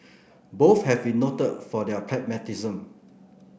both have been noted for their pragmatism